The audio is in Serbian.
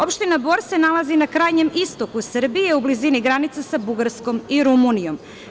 Opština Bor se nalazi na krajnjem istoku Srbije, u blizini granice sa Bugarskom i Rumunijom.